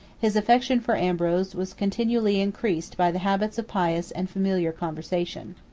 his affection for ambrose was continually increased by the habits of pious and familiar conversation.